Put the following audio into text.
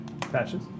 Patches